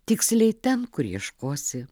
tiksliai ten kur ieškosi